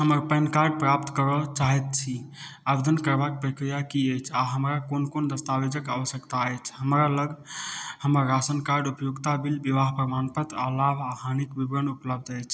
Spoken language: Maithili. हम पैन कार्ड प्राप्त करऽ चाहैत छी आवेदन करबाक प्रक्रिया की अछि आ हमरा कोन कोन दस्तावेजक आवश्यकता अछि हमरा लग हमर राशन कार्ड उपयोगिता बिल विवाह प्रमाणपत्र आ लाभ आ हानिक विवरण उपलब्ध अछि